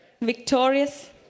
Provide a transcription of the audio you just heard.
victorious